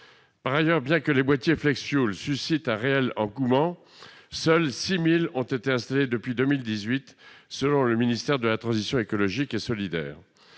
Par ailleurs, bien que les boîtiers flexfuel suscitent un réel engouement, seuls 6000 d'entre eux ont été installés depuis 2018, selon le ministère de la transition écologique et solidaire.